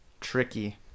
tricky